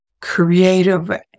creative